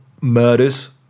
murders